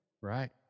right